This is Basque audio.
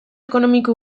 ekonomiko